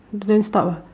don't stop ah